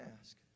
ask